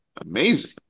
amazing